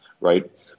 right